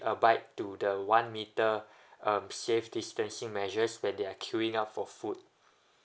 abide to the one meter um safe distancing measures when they are queuing up for food